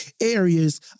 areas